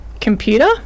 computer